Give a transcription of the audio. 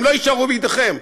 הם לא יישארו בידיכם,